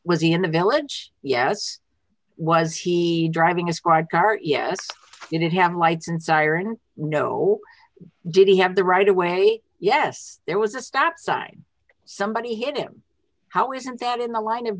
was he in the village yes was he driving a squad car yes you didn't have lights and sirens no did he have the right away yes there was a stat side somebody hit him how isn't that in the line of